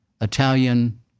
Italian